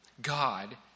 God